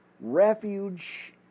refuge